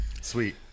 Sweet